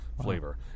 flavor